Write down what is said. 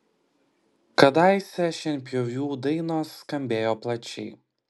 kadaise šienpjovių dainos skambėjo plačiai